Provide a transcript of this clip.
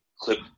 clip